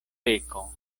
peko